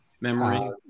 memory